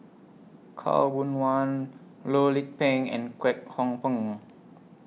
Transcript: Khaw Boon Wan Loh Lik Peng and Kwek Hong Png